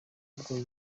ubwo